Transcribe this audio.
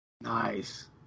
Nice